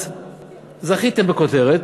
אז זכיתם בכותרת,